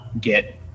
get